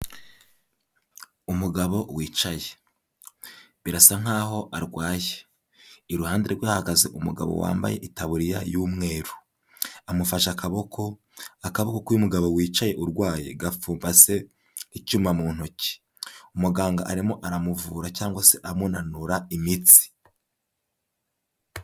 Umugabo wicaye, birasa nkaho arwaye, iruhande rwe hahagaze umugabo wambaye itaburiya y'umweru, amufashe akaboko, akaboko k'uyu mugabo wicaye urwaye gapfumbase icyuma mu ntoki. Umuganga arimo aramuvura cyangwa se amunanura imitsi.